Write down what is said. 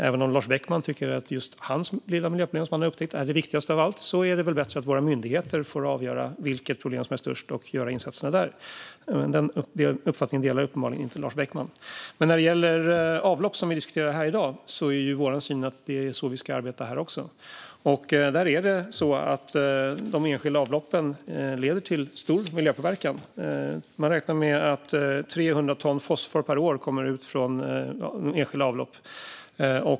Även om Lars Beckman tycker att just hans lilla miljöproblem som han har upptäckt är det viktigaste av allt är det väl bättre att våra myndigheter får avgöra vilket problem som är störst och göra insatserna där, men den uppfattningen delar uppenbarligen inte Lars Beckman. När det gäller avlopp, som vi diskuterar här i dag, är vår syn att det är så vi ska arbeta också här. De enskilda avloppen leder till stor miljöpåverkan. Man räknar med att 300 ton fosfor per år kommer ut från enskilda avlopp.